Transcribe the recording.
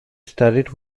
studied